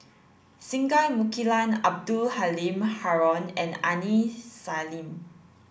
Singai Mukilan Abdul Halim Haron and Aini Salim